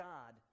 God